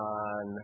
on